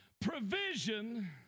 provision